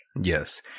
Yes